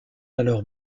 alors